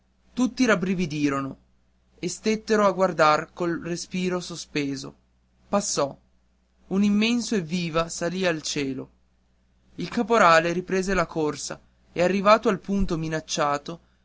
tutti rabbrividirono e stettero a guardar col respiro sospeso passò un immenso evviva salì al cielo il caporale riprese la corsa e arrivato al punto minacciato